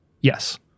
Yes